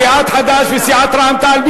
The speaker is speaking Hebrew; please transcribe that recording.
סיעת חד"ש וסיעת רע"ם-תע"ל,